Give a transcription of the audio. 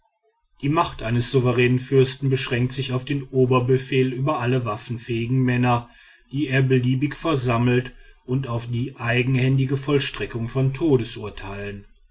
die macht eines souveränen fürsten beschränkt sich auf den oberbefehl über alle waffenfähigen männer die er beliebig versammelt und auf die eigenhändige vollstreckung von todesurteilen